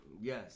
Yes